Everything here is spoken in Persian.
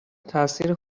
تأثیر